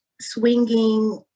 swinging